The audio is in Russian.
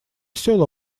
осел